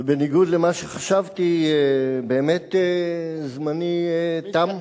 ובניגוד למה שחשבתי, באמת זמני תם.